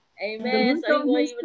Amen